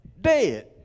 dead